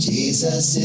Jesus